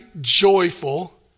joyful